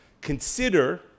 Consider